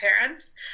parents